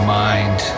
mind